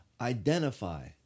identify